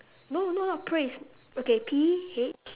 no no not praise okay P H